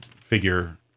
figure